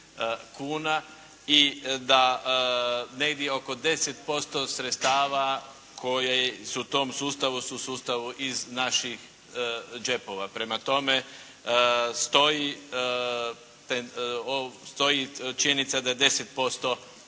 kuna i da negdje oko 10% sredstava koje su u tom sustavu, su u sustavu iz naših džepova. Prema tome stoji činjenica da je 10%,